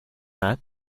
had